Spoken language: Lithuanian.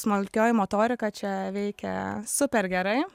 smulkioji motorika čia veikia super gerai